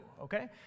okay